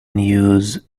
news